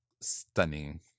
stunning